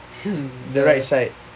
the right side